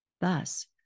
Thus